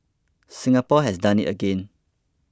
Singapore has done it again